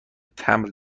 تمبر